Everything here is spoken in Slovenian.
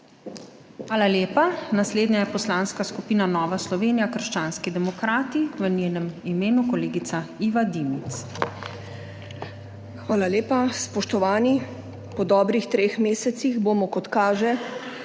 Hvala lepa. Naslednja je poslanska skupina Nova Slovenija-Krščanski demokrati, v njenem imenu kolegica Iva Dimic. **IVA DIMIC (PS NSi):** Hvala lepa. Spoštovani. Po dobrih treh mesecih bomo kot kaže